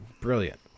brilliant